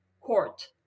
court